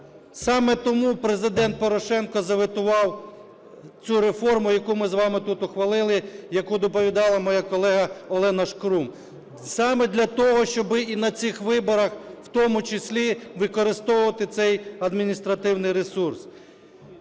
Саме тому Президент Порошенко заветував цю реформу, яку ми з вами тут ухвалили, яку доповідала моя колега Олена Шкрум. Саме для того, щоби і на цих виборах, в тому числі, використовувати цей адміністративний ресурс.